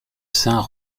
saint